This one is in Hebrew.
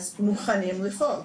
אז מוכנים לפעול.